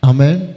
Amen